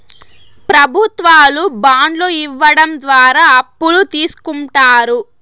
ప్రభుత్వాలు బాండ్లు ఇవ్వడం ద్వారా అప్పులు తీస్కుంటారు